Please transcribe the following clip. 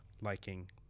liking